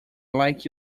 like